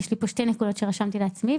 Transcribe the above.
יש פה שתי נקודות שרשמתי לעצמי,